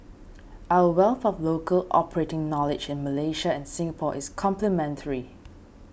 our wealth of local operating knowledge in Malaysia and Singapore is complementary